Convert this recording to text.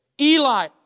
Eli